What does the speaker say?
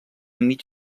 mig